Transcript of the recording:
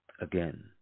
Again